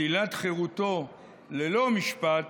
שלילת חירותו ללא משפט,